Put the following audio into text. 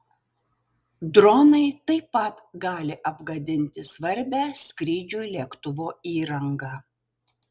dronai taip pat gali apgadinti svarbią skrydžiui lėktuvo įrangą